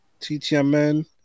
TTMN